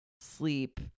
sleep